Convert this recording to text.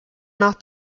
nach